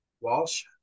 Walsh